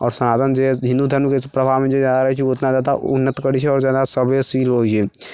आओर सनातन जे हिन्दू धर्मके प्रभावमे जे आ गेल अछि ओ उतना ज्यादा उन्नति करै छै आओर ज्यादा सभ्य सुशील होइ छै